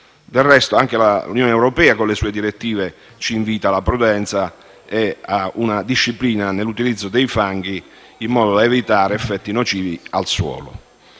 Del resto, anche l'Unione europea con le sue direttive ci invita alla prudenza e a una disciplina nell'utilizzo dei fanghi tesa a evitare effetti nocivi al suolo.